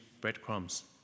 breadcrumbs